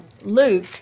Luke